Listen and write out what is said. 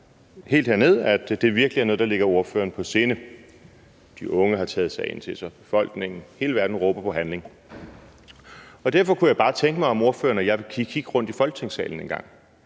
helt herned, at det virkelig er noget, der ligger ordføreren på sinde – de unge har taget sagen til sig, befolkningen, hele verden råber på handling. Derfor kunne jeg bare tænke mig at høre, om ordføreren ville kigge rundt i Folketingssalen engang